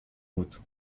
بود